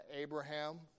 Abraham